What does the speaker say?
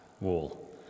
wall